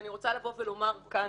אני רוצה לבוא ולומר כאן.